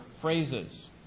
phrases